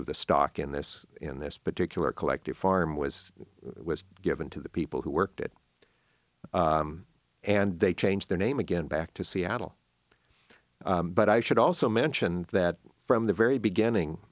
of the stock in this in this particular collective farm was was given to the people who worked it and they changed their name again back to seattle but i should also mention that from the very beginning